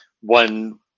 one